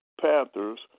Panthers